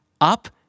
up